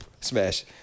Smash